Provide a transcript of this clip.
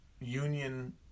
union